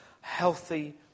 healthy